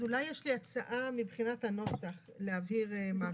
יש לי הצעה מבחינת הנוסח, להבהיר משהו.